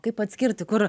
kaip atskirti kur